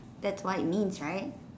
that's what it means right